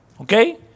Okay